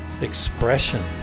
expression